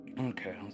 okay